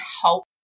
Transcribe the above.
help